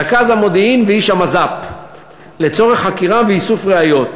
רכז המודיעין ואיש המז"פ לצורך חקירה ואיסוף ראיות.